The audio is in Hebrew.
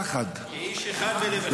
כאיש אחד בלב אחד.